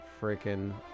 freaking